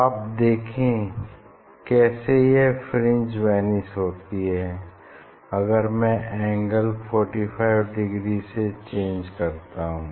आप देखें कैसे यह फ्रिंज वेनिश होती है अगर मैं एंगल 45 डिग्री से चेंज करता हूँ